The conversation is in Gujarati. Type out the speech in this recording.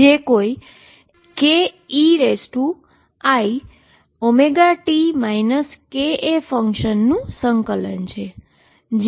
જે કોઈ A નું k eiωt kx ફંક્શનનું ઈન્ટીગ્રલ છે